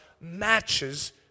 matches